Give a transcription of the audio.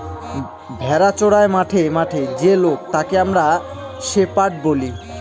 ভেড়া চোরাই মাঠে মাঠে যে লোক তাকে আমরা শেপার্ড বলি